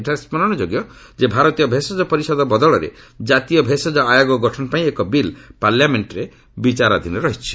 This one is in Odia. ଏଠାରେ ସ୍କରଣଯୋଗ୍ୟ ଭାରତୀୟ ଭେଷଜ ପରିଷଦ ବଦଳରେ ଜାତୀୟ ଭେଷଜ ଆୟୋଗ ଗଠନ ପାଇଁ ଏକ ବିଲ୍ ପାର୍ଲାମେଷ୍ଟ୍ରେ ବିଚାରାଧୀନ ରହିଛି